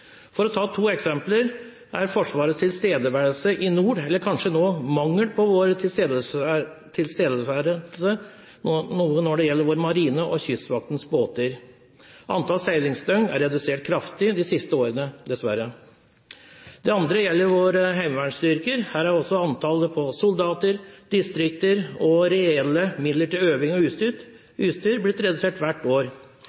For å ta to eksempler: Det første er Forsvarets tilstedeværelse i nord – eller kanskje mangel på tilstedeværelse – når det gjelder vår marine og Kystvaktens båter. Antallet seilingsdøgn er redusert kraftig de siste årene, dessverre. Det andre gjelder våre heimevernsstyrker. Her er også antallet soldater, distrikter og reelle midler til øving og utstyr